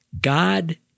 God